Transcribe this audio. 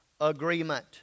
agreement